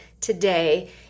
today